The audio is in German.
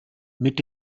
mit